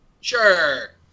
Sure